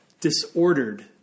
disordered